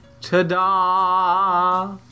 Ta-da